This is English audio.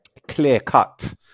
clear-cut